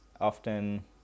Often